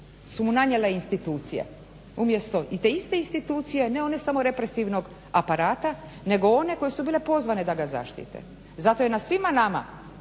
su mu nanijele institucije umjesto i te iste institucije ne one samo represivnog aparata nego one koje su bile pozvane da ga zaštite. Zato je na svima nama